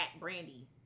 Brandy